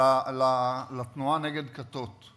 לתנועה נגד כתות,